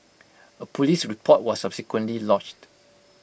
A Police report was subsequently lodged